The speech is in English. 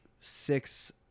six